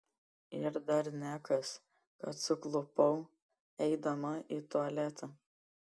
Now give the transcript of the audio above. ir dar nekas kad suklupau eidama į tualetą